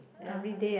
(uh huh)